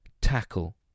tackle